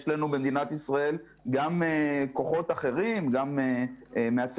יש לנו במדינת ישראל כוחות אחרים גם מהצבא